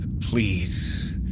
Please